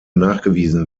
nachgewiesen